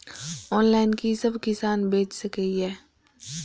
Online कि सब किसान बैच सके ये?